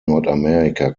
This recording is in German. nordamerika